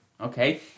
okay